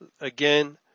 Again